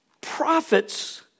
prophets